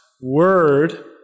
word